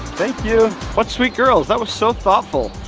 thank you. what sweet girls. that was so thoughtful.